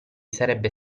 sarebbe